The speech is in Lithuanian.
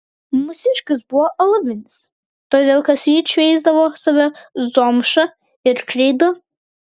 mūsiškis buvo alavinis todėl kasryt šveisdavo save zomša ir kreida